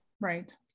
right